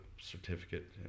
certificate